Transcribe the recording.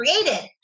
created